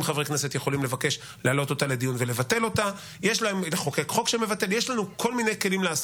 הכנסת, הצעת החוק שבנדון נדונה